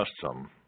custom